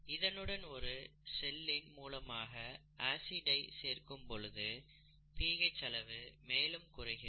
இதனுடன் ஒரு செல்லின் மூலமாக ஆசிட் ஐ சேர்க்கும் பொழுது பிஹெச் அளவு மேலும் குறைகிறது